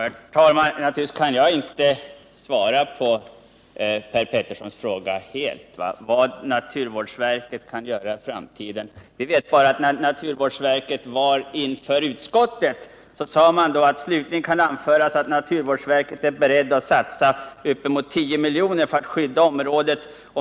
Herr talman! Naturligtvis kan jag inte helt svara på Per Peterssons fråga vad naturvårdsverket kan göra i framtiden — det vet bara naturvårdsverket. Men inför utskottet sade verket: Slutligen kan anföras att naturvårdsverket är berett att satsa uppemot 10 miljoner för att skydda området.